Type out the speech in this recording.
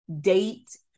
date